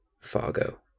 Fargo